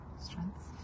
Strengths